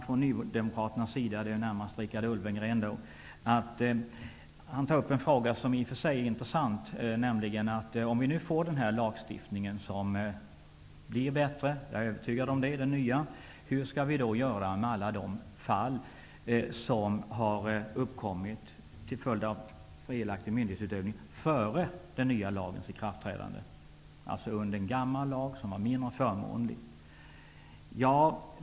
Från Nydemokraternas sida -- det är närmast Richard Ulfvengren -- ställer man en fråga som i och för sig är intressant, nämligen: Om vi nu får den nya och förbättrade lagstiftningen -- jag är övertygad om att den blir bättre -- hur skall vi då göra med alla de fall som har uppkommit till följd av felaktig myndighetsutövning före den nya lagens ikraftträdande -- alltså under den gamla lagen, som var mindre förmånlig?